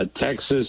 Texas